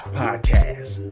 podcast